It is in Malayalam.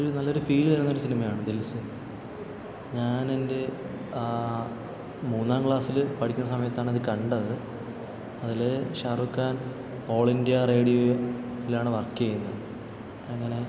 ഇതു നല്ലൊരു ഫീൽ തന്നൊരു സിനിമയാണ് ദിൽ സേ ഞാനെൻ്റെ മൂന്നാം ക്ലാസ്സിൽ പഠിക്കുന്ന സമയത്താണതു കണ്ടത് അതിൽ ഷാറുഖാൻ ഓൾ ഇന്ത്യ റേഡിയോയിലാണ് വർക്ക് ചെയ്യുന്നത് അങ്ങനെ